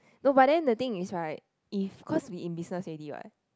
no but then the thing is right if cause we in business already what